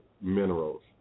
minerals